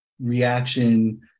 reaction